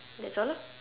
that's all lah